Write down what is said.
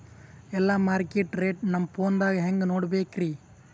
ಎಲ್ಲಾ market rate ನಮ್ ಫೋನದಾಗ ಹೆಂಗ ನೋಡಕೋಬೇಕ್ರಿ?